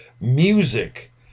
Music